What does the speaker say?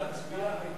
אפשר להצביע?